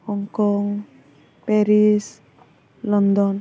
Hong Kong Paris London